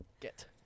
Get